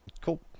Cool